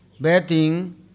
bathing